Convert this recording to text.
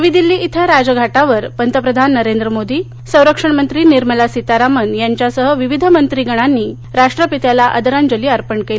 नवी दिल्ली इथं राजघाटावर पंतप्रधान नरेंद्र मोदी संरक्षणमंत्री निर्मला सीतारामन यांच्यासह विविध मंत्रीगणांनी राष्ट्रपित्याला आदरांजली अर्पण केली